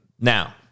Now